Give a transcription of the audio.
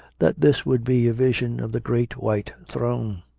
that this would be a vision of the great white throne.